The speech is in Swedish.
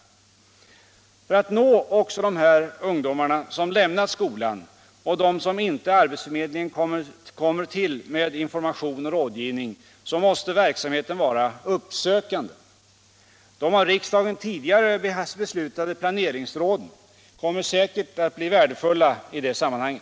För att nå också de ungdomar, som lämnat skolan och dem som inte arbetsförmedlingen kommer till med information och rådgivning måste verksamheten vara uppsökande. De av riksdagen tidigare beslutade planeringsråden kommer säkert att bli värdefulla i detta sammanhang.